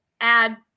add